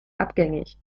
abgängig